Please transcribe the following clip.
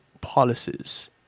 policies